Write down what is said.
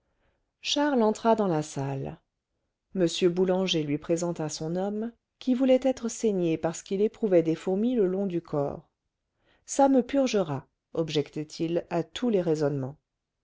charles entra dans la salle m boulanger lui présenta son homme qui voulait être saigné parce qu'il éprouvait des fourmis le long du corps ça me purgera objectait il à tous les raisonnements